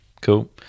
cool